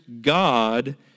God